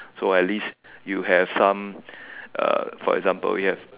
so at least you have some uh for example we have